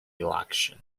election